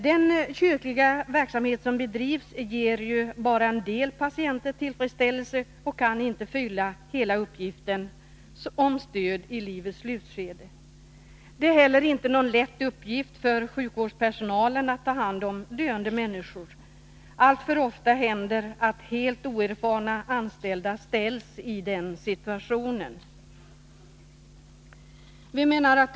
Den kyrkliga verksamhet som bedrivs ger bara en del patienter tillfredsställelse och kan inte fylla hela uppgiften att åstadkomma stöd i livets slutskede. Det är inte heller någon lätt uppgift för sjukvårdspersonalen att ta hand om döende människor. Alltför ofta händer det att helt oerfarna anställda ställs i den situationen.